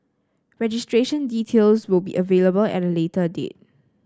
registration details will be available at a later date